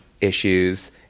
issues